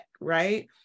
right